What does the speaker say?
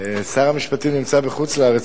שר המשפטים נמצא בחוץ-לארץ,